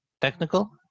technical